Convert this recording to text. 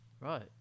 Right